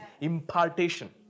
impartation